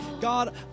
God